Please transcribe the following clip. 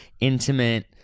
intimate